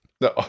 No